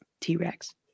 T-Rex